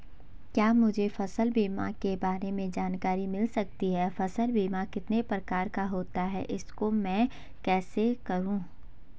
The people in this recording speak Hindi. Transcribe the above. क्या मुझे फसल बीमा के बारे में जानकारी मिल सकती है फसल बीमा कितने प्रकार का होता है इसको मैं कैसे करूँ?